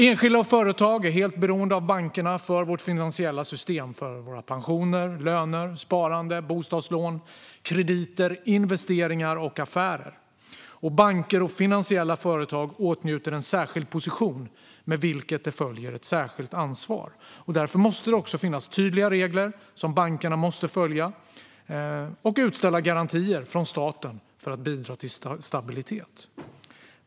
Enskilda och företag är helt beroende av bankerna för vårt finansiella system - för våra pensioner och löner, vårt sparande och våra bostadslån, krediter, investeringar och affärer. Banker och finansiella företag åtnjuter en särskild position med vilken det följer ett särskilt ansvar. Därför måste det också finnas tydliga regler som bankerna måste följa och utställda garantier från staten som bidrar till stabilitet.